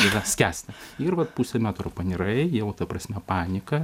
pradeda skęsti ir vat pusę metro panirai jau ta prasme panika